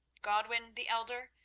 godwin, the elder,